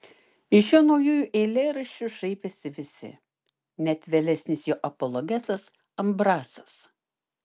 iš jo naujųjų eilėraščių šaipėsi visi net vėlesnis jo apologetas ambrasas